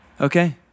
Okay